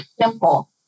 simple